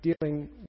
dealing